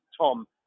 Tom